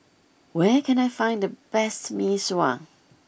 where can I find the best Mee Sua